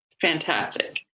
Fantastic